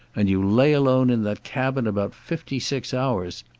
and you lay alone in that cabin about fifty-six hours.